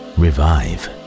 revive